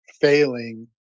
failing